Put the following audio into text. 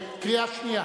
קריאה שנייה.